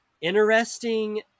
interesting